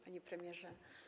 Panie Premierze!